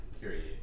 period